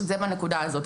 זה בנקודה הזאת.